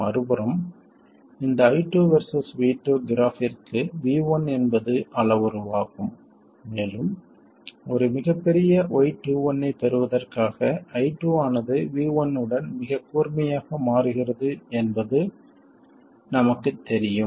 மறுபுறம் இந்த I2 versus V2 கிராஃப்பிற்கு V1 என்பது அளவுருவாகும் மேலும் ஒரு மிகப் பெரிய y21 ஐப் பெறுவதற்காக I2 ஆனது V1 உடன் மிகக் கூர்மையாக மாறுகிறது என்பது நமக்குத் தெரியும்